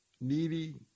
needy